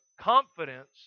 confidence